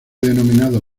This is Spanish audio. denominado